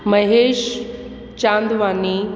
Mahesh Chandwani